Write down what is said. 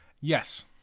Yes